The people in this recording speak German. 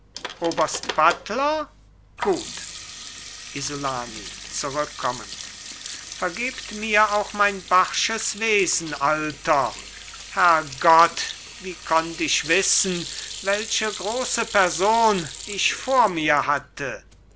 oberst buttler gut isolani zurückkommend vergebt mir auch mein barsches wesen alter herr gott wie konnt ich wissen welche große person ich vor mir hatte